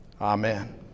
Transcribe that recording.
Amen